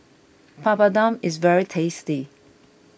Papadum is very tasty